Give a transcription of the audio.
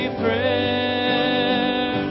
prayer